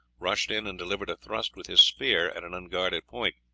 rushed in and delivered a thrust with his spear at an unguarded point.